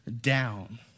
down